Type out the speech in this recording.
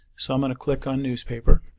so i'm going to click on newspaper